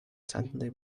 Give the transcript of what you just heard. suddenly